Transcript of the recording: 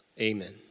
Amen